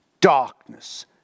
darkness